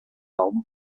album